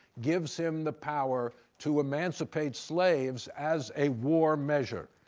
gives him the power to emancipate slaves as a war measure.